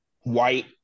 White